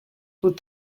put